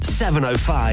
705